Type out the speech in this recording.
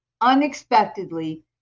unexpectedly